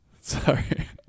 Sorry